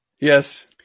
Yes